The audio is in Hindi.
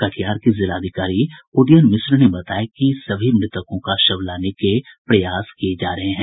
कटिहार के जिलाधिकारी उदयन मिश्र ने बताया कि सभी मृतकों का शव लाने के प्रयास किये जा रहे हैं